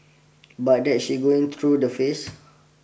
but that she's going through the phase